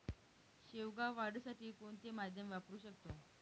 शेवगा वाढीसाठी कोणते माध्यम वापरु शकतो?